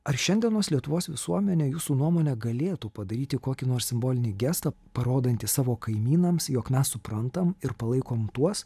ar šiandienos lietuvos visuomenė jūsų nuomone galėtų padaryti kokį nors simbolinį gestą parodantį savo kaimynams jog mes suprantam ir palaikom tuos